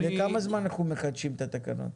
שאני --- לכמה זמן אנחנו מחדשים את התקנות?